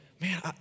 man